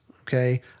okay